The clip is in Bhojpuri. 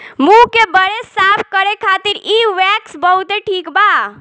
मुंह के बरे साफ करे खातिर इ वैक्स बहुते ठिक बा